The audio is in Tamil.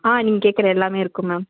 ஆ நீங்கள் கேட்குற எல்லாமே இருக்கும் மேம்